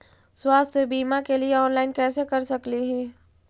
स्वास्थ्य बीमा के लिए ऑनलाइन कैसे कर सकली ही?